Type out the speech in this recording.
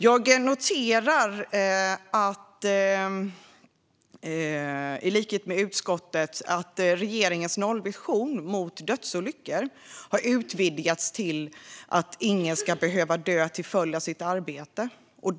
Jag noterar i likhet med utskottet att regeringens nollvision när det gäller dödsolyckor har utvidgats till att ingen ska behöva dö till följd av sitt arbete.